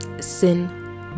Sin